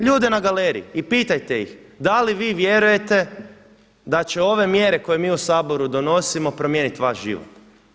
Ljude na galeriji i pitajte ih: Da li vi vjerujete da će ove mjere koje mi u Saboru donosimo promijeniti vaš život?